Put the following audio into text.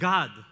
God